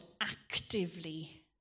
actively